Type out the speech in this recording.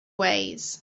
ways